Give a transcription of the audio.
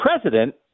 president